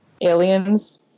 aliens